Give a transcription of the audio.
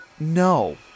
No